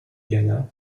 ghana